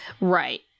Right